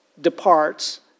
departs